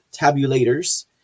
tabulators